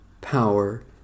power